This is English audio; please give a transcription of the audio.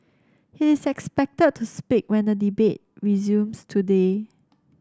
he is expected to speak when the debate resumes today